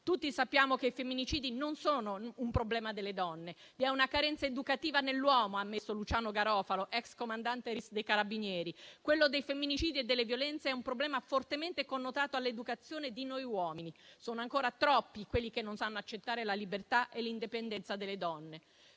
Tutti sappiamo che i femminicidi non sono un problema delle donne. Vi è una carenza educativa nell'uomo, ha ammesso Luciano Garofalo, ex comandante del RIS dei Carabinieri: quello dei femminicidi e delle violenze è un problema fortemente connotato all'educazione di noi uomini. Sono ancora troppi quelli che non sanno accettare la libertà e l'indipendenza delle donne.